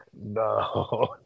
No